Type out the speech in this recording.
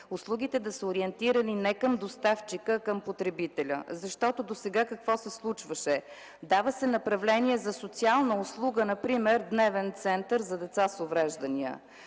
услугите да са ориентирани не към доставчика, а към потребителя. Досега какво се случваше? Дава се направление за социална услуга, например Дневен център за деца с увреждания.